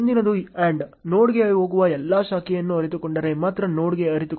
ಮುಂದಿನದು AND ನೋಡ್ಗೆ ಹೋಗುವ ಎಲ್ಲಾ ಶಾಖೆಗಳನ್ನು ಅರಿತುಕೊಂಡರೆ ಮಾತ್ರ ನೋಡ್ ಅರಿತುಕೊಳ್ಳುತ್ತದೆ